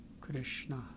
Krishna